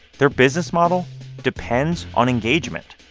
their business model depends on engagement,